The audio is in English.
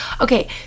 Okay